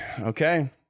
okay